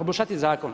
poboljšati zakon.